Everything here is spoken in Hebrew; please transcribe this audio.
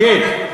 כן.